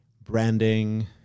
branding